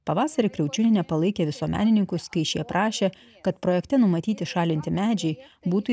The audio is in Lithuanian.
pavasarį kriaučiūnienė palaikė visuomenininkus kai šie prašė kad projekte numatyti šalinti medžiai būtų